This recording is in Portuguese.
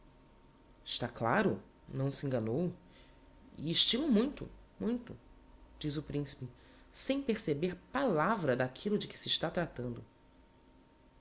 está claro não se enganou e estimo muito muito diz o principe sem perceber palavra d'aquillo de que se está tratando